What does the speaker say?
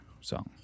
song